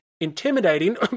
intimidating